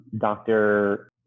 Dr